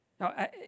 Now